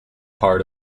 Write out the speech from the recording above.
part